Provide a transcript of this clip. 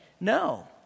No